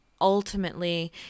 ultimately